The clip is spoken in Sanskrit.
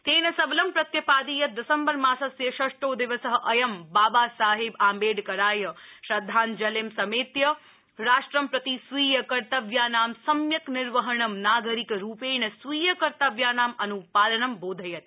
तेन सबलं प्रत्यपादि यत दिसम्बर मासस्य षष्ठो दिवस अयं बाबा साहेब आम्बेडकराय श्रद्धाञ्जलिं समेत्य राष्ट्रं प्रति स्वीय कर्तव्यानां सम्यक निर्वहणं नागरिकरूपेण स्वीय कर्तव्यानां अन्पालनं बोधयति